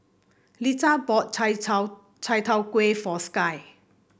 Leatha bought Chai Chai Tow Kway for Sky